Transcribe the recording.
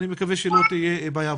אני מקווה שלא תהיה בעיה.